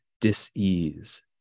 dis-ease